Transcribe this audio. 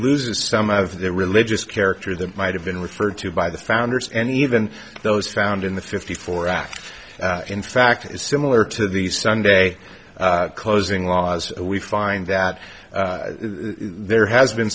loses some of the religious character that might have been referred to by the founders and even those found in the fifty four act in fact similar to the sunday closing laws we find that there has been